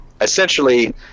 essentially